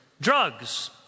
drugs